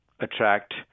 attract